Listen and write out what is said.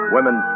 Women